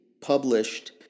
published